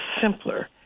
simpler